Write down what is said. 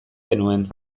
genuen